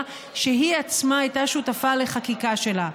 שהיא עצמה הייתה שותפה בחקיקה שלה,